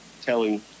telling